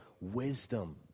wisdom